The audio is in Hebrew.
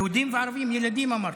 יהודים וערבים, ילדים, אמרתי.